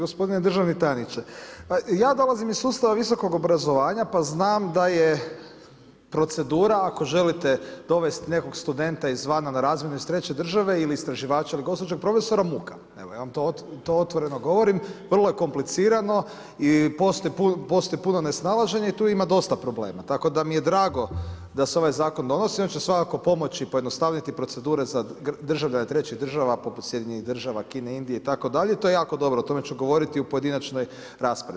Gospodine državni tajniče, pa ja dolazim iz sustava visokog obrazovanja pa znam da je procedura ako želite dovesti nekog studenta izvana na razmjenu iz treće države ili istraživača ili gosta … muka, evo ja vam to otvoreno govorim, vrlo je komplicirano i postoji puno nesnalaženja i tu ima dosta problema tako da mi je drago da se ovaj zakon donosi, on će svakako pomoći pojednostaviti procedure za državljane trećih država poput sjedinjenih država, Kine, Indije, itd., to je jako dobro, o tome ću govoriti u pojedinačnoj raspravi.